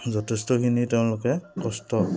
যথেষ্টখিনি তেওঁলোকে কষ্ট